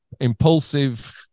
impulsive